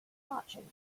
marching